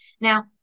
Now